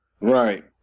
Right